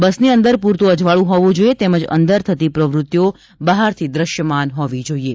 બસની અંદર પૂરતું અજવાળું હોવું જોઈએ તેમજ અંદર થતી પ્રવ્રત્તિઓ બહારથી દ્રશ્યમાન હોવી જોઈએ